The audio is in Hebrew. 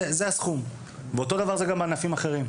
זה הסכום, ואותו דבר זה גם ענפים אחרים.